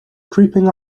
creeping